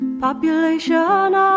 population